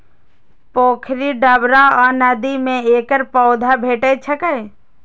पोखरि, डबरा आ नदी मे एकर पौधा भेटै छैक